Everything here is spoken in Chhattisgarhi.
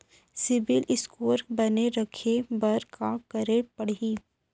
सिबील स्कोर बने रखे बर का करे पड़ही?